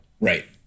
Right